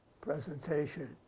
presentation